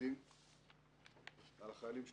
כמפקדים על החיילים שלנו.